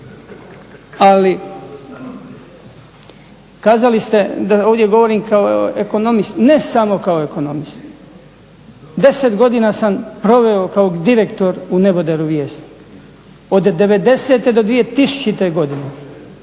Ali kazali ste da ovdje govorim kao ekonomist, ne samo kao ekonomist. 10 godina sam proveo kao direktor u neboderu Vjesnik, od 90-e do 2000-e godine,